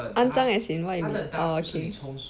肮脏 as in what you mean orh okay